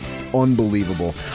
unbelievable